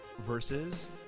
versus